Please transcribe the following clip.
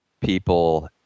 people